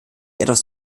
etwas